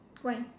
why